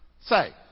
Say